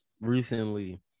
recently